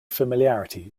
familiarity